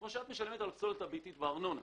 זה כמו שאתה משלם על הפסולת הביתית בארנונה.